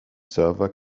server